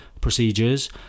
procedures